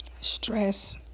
stress